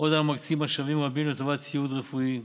מקצים משאבים רבים לטובת ציוד רפואי,